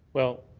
well,